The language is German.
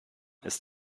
ist